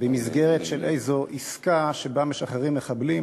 במסגרת איזו עסקה שבה משחררים מחבלים.